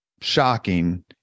shocking